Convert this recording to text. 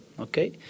okay